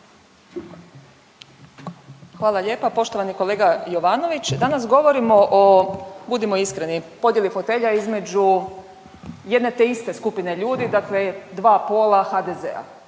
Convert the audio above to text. Hvala lijepa. Poštovani kolega Jovanović danas govorimo o budimo iskreni, podjeli fotelja između jedne te iste skupine ljudi dakle, dva pola HDZ-a,